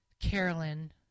Carolyn